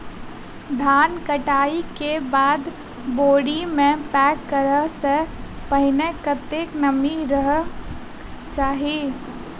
धान कटाई केँ बाद बोरी मे पैक करऽ सँ पहिने कत्ते नमी रहक चाहि?